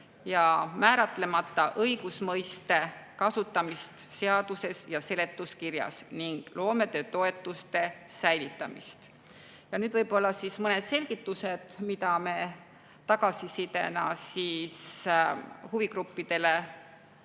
määratlemata õigusmõiste kasutamist seaduses ja seletuskirjas ning loometöötoetuste säilitamist. Nüüd võib-olla lühidalt mõned selgitused, mida me tagasisidena huvigruppidele